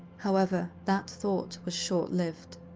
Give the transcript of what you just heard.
however, that thought was short lived.